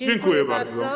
Dziękuję bardzo.